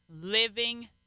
living